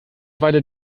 weile